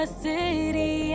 city